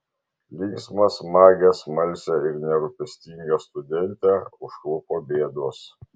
linksmą smagią smalsią ir nerūpestingą studentę užklupo bėdos